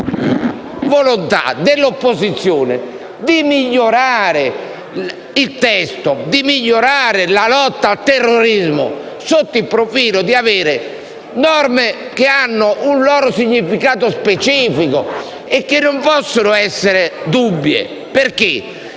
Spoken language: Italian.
La volontà dell'opposizione è di migliorare il testo e rendere più efficace la lotta al terrorismo sotto il profilo di norme che hanno un loro significato specifico e che non possono essere dubbie. Nella